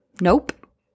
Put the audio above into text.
Nope